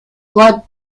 blood